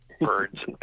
Birds